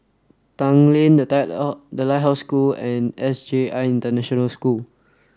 Tanglin The Lighthouse The Lighthouse School and S J I International School